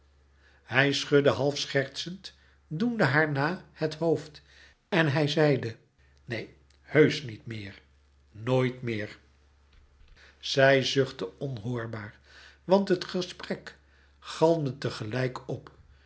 hij schudde half schertsend doende haar na het hoofd en hij zeide neen heusch niet meer nooit meer zij zuchtte onhoorbaar want het gesprek galmde tegelijk op